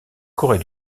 corée